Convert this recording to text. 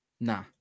nah